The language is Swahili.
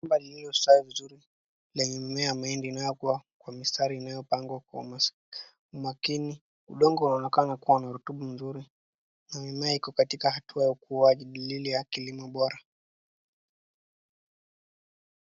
Shamba iliyo zaa vizuri lenye mmea wa mahindi inayokuwa kwa mistari inayopangwa kwa umakini, udongo unaonekana kuwa na rotuba nzuri na mimea iko katika hatua ya ukuaji, dalili ya kilimo bora.